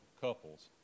couples